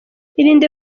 irinde